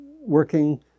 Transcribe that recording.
working